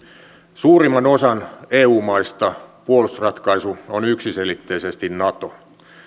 suurimman osan eu maista puolustusratkaisu on yksiselitteisesti nato